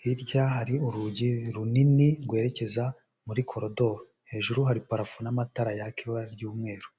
Hirya hari urugi runini rwerekeza muri koridoro, hejuru hari parafo n'amatara yaka ibara ry'umweru.